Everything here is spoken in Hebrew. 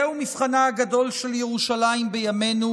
זהו מבחנה הגדול של ירושלים בימינו,